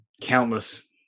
countless